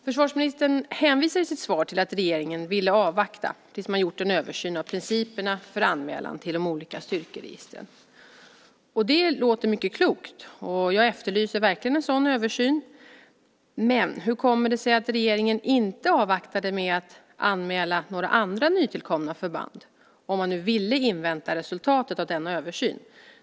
Försvarsministern hänvisar i sitt svar till att regeringen ville avvakta tills man gjort en översyn av principerna för anmälan till de olika styrkeregistren. Det låter mycket klokt, och jag efterlyser verkligen en sådan översyn. Men hur kommer det sig att regeringen inte avvaktade med att anmäla några andra nytillkomna förband, om man nu ville invänta resultatet av denna översyn?